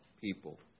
people